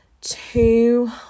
two